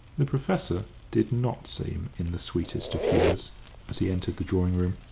the professor did not seem in the sweetest of humours as he entered the drawing-room.